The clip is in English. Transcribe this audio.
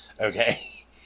okay